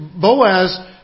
Boaz